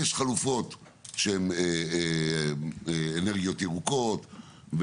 יש חלופות שהן אנרגיות ירוקות,